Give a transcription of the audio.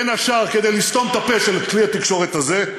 בין השאר כדי לסתום את הפה של כלי התקשורת הזה,